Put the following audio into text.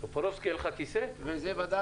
וזה לבד